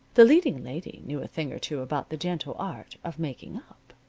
the leading lady knew a thing or two about the gentle art of making-up!